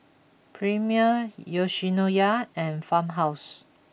Premier Yoshinoya and Farmhouse